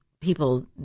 people